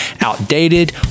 outdated